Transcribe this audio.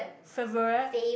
favourite